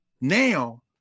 now